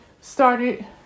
started